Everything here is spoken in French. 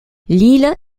l’île